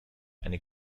eine